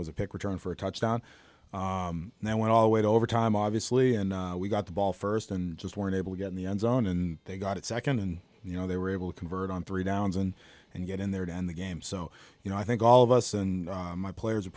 was a pick return for a touchdown and they went all way over time obviously and we got the ball first and just weren't able to get in the end zone and they got it second and you know they were able to convert on three downs and and get in there to end the game so you know i think all of us and my players would